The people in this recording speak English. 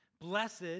Blessed